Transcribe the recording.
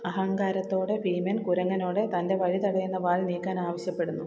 അഹങ്കാരത്തോടെ ഭീമൻ കുരങ്ങനോട് തന്റെ വഴി തടയുന്ന വാൽ നീക്കാൻ ആവശ്യപ്പെടുന്നു